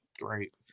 Great